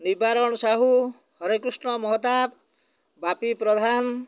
ନିବାରଣ ସାହୁ ହରେକୃଷ୍ଣ ମହତାବ ବାପି ପ୍ରଧାନ